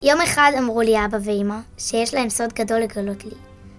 יום אחד אמרו לי אבא ואימא שיש להם סוד גדול לגלות לי.